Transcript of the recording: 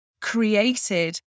created